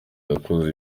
yakoze